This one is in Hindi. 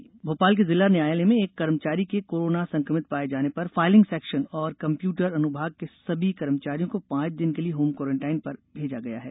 जिला अदालत कोरोना भोपाल के जिला न्यायालय में एक कर्मचारी के कोरोना संक्रमित पाये जाने पर फायलिंग सेक्शन और कम्प्यूटर अनुभाग के सभी कर्मचारियों को पांच दिन के लिए होम क्वारेंटाईन पर भेजा गया है